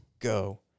Go